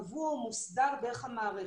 קבוע ומוסדר דרך המערכת.